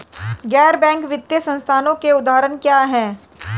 गैर बैंक वित्तीय संस्थानों के उदाहरण क्या हैं?